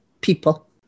people